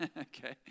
Okay